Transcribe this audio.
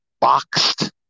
boxed